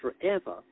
forever